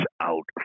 out